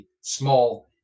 small